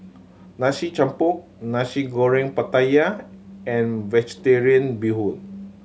Nasi Campur Nasi Goreng Pattaya and Vegetarian Bee Hoon